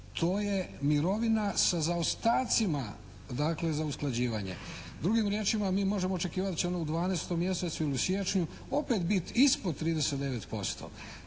to je mirovina sa zaostacima dakle za usklađivanje. Drugim riječima mi možemo očekivati da će ona u 12. mjesecu ili u siječnju opet biti ispod 39%.